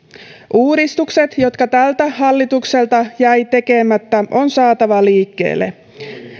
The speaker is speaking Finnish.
uudistukset jotka tältä hallitukselta jäivät tekemättä on saatava liikkeelle